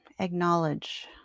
Acknowledge